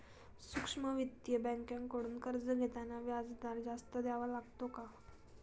सूक्ष्म वित्तीय बँकांकडून कर्ज घेताना व्याजदर जास्त द्यावा लागतो का?